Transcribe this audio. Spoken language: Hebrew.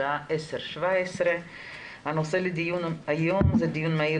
השעה 10:17. הנושא לדיון היום: דיון מהיר